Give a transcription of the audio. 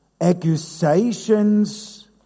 accusations